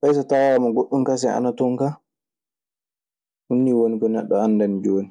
Fay so tawaama goɗɗun kasen ana ton ka, ɗun nii woni ko neɗɗo anndani jooni.